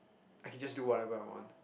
I can just do whatever I want